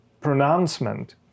pronouncement